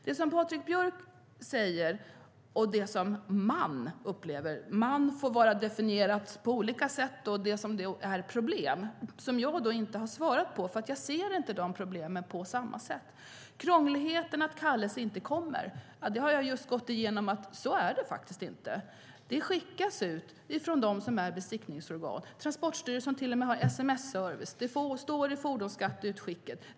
Det som Patrik Björck säger att "man" upplever - "man" får definieras på olika sätt - och som han säger är problem är något som jag inte har svarat på, för det är problem jag inte ser på samma sätt. Att det skulle vara krångligt med att kallelser inte kommer har jag just gått igenom, och det Patrik Björck påstår stämmer faktiskt inte. Kallelser skickas ut av dem som är besiktningsorgan. Transportstyrelsen har till och med en sms-service, och besiktningsinformation finns i fordonsskatteutskicket.